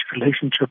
relationship